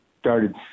started